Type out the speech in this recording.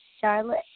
Charlotte